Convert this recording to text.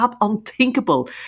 unthinkable